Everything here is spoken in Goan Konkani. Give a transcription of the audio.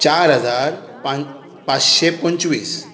चार हजार पान पांचशें पंचवीस